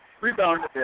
rebound